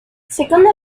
secondo